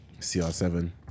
cr7